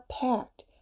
packed